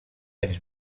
anys